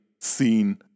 seen